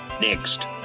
Next